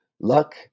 luck